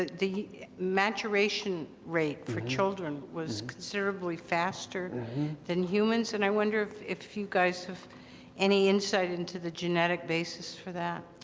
the maturation rate for children was considerably faster than humans and i wonder if you you guys have any insight into the genetic basis for that.